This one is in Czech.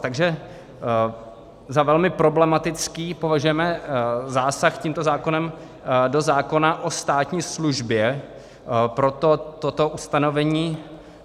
Takže za velmi problematický považujeme zásah tímto zákonem do zákona o státní službě, proto toto ustanovení